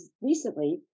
recently